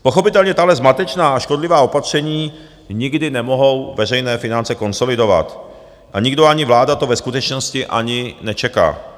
Pochopitelně tahle zmatečná a škodlivá opatření nikdy nemohou veřejné finance konsolidovat a nikdo, ani vláda to ve skutečnosti ani nečeká.